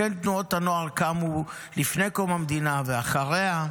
אכן, תנועות הנוער קמו לפני קום המדינה ואחריה,